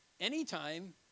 anytime